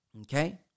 Okay